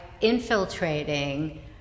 infiltrating